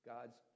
God's